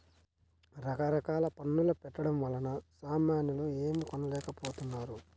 రకరకాల పన్నుల పెట్టడం వలన సామాన్యులు ఏమీ కొనలేకపోతున్నారు